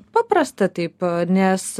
paprasta taip nes